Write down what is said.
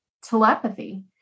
telepathy